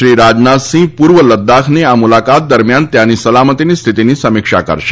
શ્રી રાજનાથસિંહ પૂર્વ લદ્દાખની આ મુલાકાત દરમ્યાન ત્યાંની સલામતીની સ્થિતિની સમીક્ષા કરશે